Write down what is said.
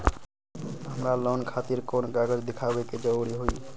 हमरा लोन खतिर कोन कागज दिखावे के जरूरी हई?